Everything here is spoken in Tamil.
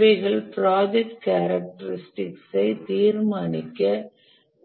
இவைகள் ப்ராஜெக்ட் கேரக்டரிஸ்டிகஸ் ஐ தீர்மானிக்க